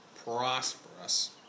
Prosperous